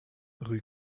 rue